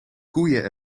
koeien